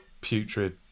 putrid